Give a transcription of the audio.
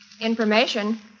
Information